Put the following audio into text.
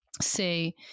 say